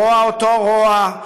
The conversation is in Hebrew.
הרוע אותו רוע.